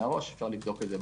אפשר לבדוק את זה.